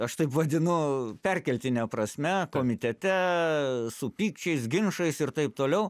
aš taip vadinu perkeltine prasme komitete su pykčiais ginčais ir taip toliau